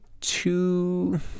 two